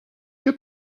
que